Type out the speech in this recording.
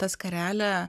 ta skarelė